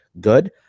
good